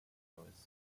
illinois